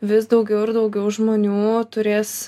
vis daugiau ir daugiau žmonių turės